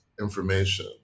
information